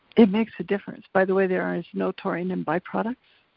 it makes a difference. by the way there is no taurine in byproducts,